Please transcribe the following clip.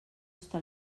està